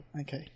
okay